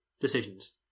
decisions